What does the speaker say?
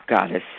goddess